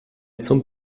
zum